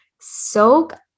soak